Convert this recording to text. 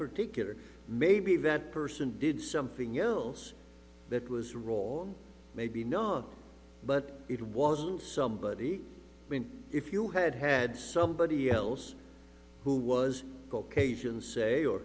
particular maybe that person did something else that was role maybe no but it was somebody i mean if you had had somebody else who was asian say or